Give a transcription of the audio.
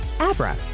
Abra